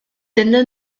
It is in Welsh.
dyna